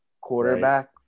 quarterback